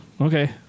Okay